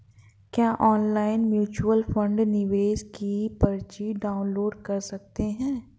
क्या online mutual fund निवेश की पर्ची डाउनलोड कर सकते हैं?